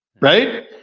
right